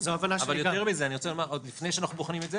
יותר מזה, עוד לפני שאנחנו בוחנים את זה